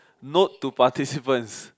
note to participants